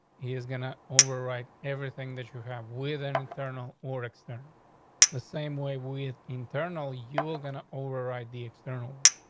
he is gonna overwrite everything that you have with an internal or external the same way with internal. you're gonna override the external one.